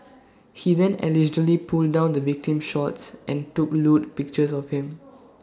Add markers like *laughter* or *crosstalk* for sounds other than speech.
*noise* he then allegedly pulled down the victim's shorts and took lewd pictures of him